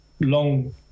long